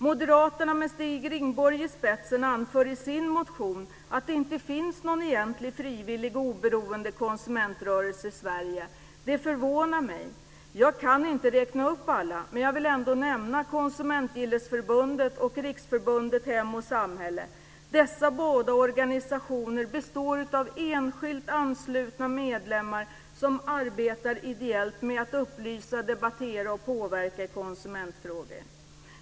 Moderaterna med Stig Rindborg i spetsen anför i sin motion att det inte finns någon egentlig frivillig och oberoende konsumentrörelse i Sverige. Det förvånar mig. Jag kan inte räkna upp alla organisationer, men jag vill ändå nämna Konsumentgillesförbundet och Riksförbundet Hem och samhälle. Dessa båda organisationer består av enskilt anslutna medlemmar, som arbetar ideellt med att upplysa, debattera och påverka i konsumentfrågor.